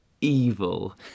evil